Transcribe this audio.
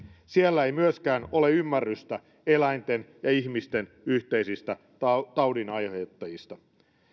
siellä ei myöskään ole ymmärrystä eläinten ja ihmisten yhteisistä taudinaiheuttajista